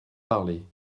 parler